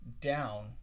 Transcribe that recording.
down